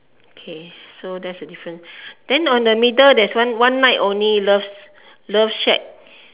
okay so that's difference then on the middle there is one night only love love shack